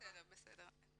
בסדר.